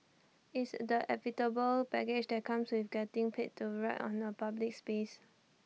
IT is the inevitable baggage that comes with getting paid to write on A public space